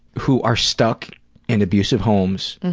who are stuck in abusive homes,